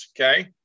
Okay